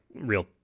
real